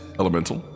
elemental